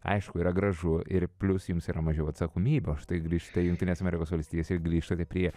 aišku yra gražu ir plius jums yra mažiau atsakomybių štai grįšite į jungtines amerikos valstijas ir grįžtate prie